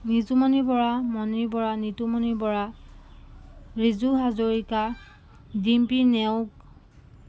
Nijumoni Bora Moni Bora Nitumoni Bora Riju Hazarika Dimpi Neog